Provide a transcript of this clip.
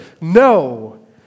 No